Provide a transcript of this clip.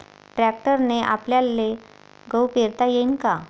ट्रॅक्टरने आपल्याले गहू पेरता येईन का?